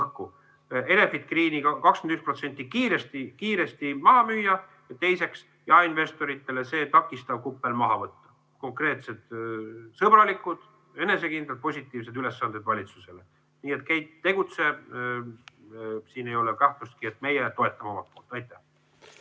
Enefit Greeni 21% kiiresti maha müüa, ja teiseks, jaeinvestoritele see takistav kuppel maha võtta. Konkreetsed, sõbralikud, enesekindlad ja positiivsed ülesanded valitsusele. Nii et, Keit, tegutse. Siin ei ole kahtlustki, et meie toetame. Aitäh!